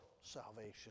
salvation